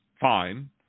fine